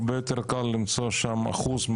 הרבה יותר קל למצוא שם אחוז,